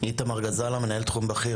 אני מנהל תחום בכיר,